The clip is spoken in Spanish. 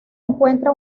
encuentra